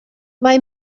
mae